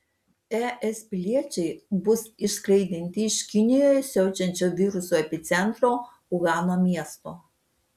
es piliečiai bus išskraidinti iš kinijoje siaučiančio viruso epicentro uhano miesto